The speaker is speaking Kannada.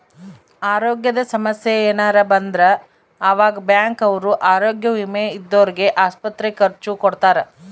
ಅರೋಗ್ಯದ ಸಮಸ್ಸೆ ಯೆನರ ಬಂದ್ರ ಆವಾಗ ಬ್ಯಾಂಕ್ ಅವ್ರು ಆರೋಗ್ಯ ವಿಮೆ ಇದ್ದೊರ್ಗೆ ಆಸ್ಪತ್ರೆ ಖರ್ಚ ಕೊಡ್ತಾರ